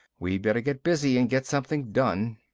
we better get busy and get something done.